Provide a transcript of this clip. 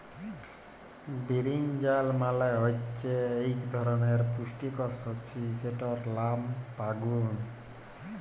বিরিনজাল মালে হচ্যে ইক ধরলের পুষ্টিকর সবজি যেটর লাম বাগ্যুন